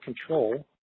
control